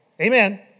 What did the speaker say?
Amen